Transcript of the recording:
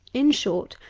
in short,